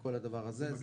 כל הדבר הזה.